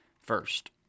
first